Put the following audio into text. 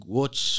watch